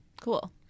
Cool